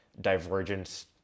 divergence